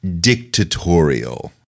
dictatorial